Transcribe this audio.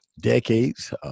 decades